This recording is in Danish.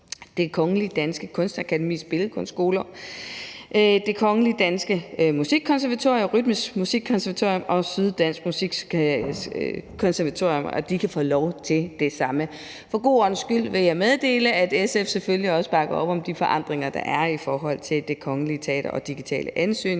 Det Kongelige Danske Kunstakademis Billedkunstskoler, Det Kongelige Danske Musikkonservatorium, Rytmisk Musikkonservatorium og Syddansk Musikkonservatorium, at de kan få lov til det samme. For god ordens skyld vil jeg meddele, at SF selvfølgelig også bakker op om de forandringer, der er i forhold til Det Kongelige Teater og digitale ansøgninger.